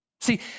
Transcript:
See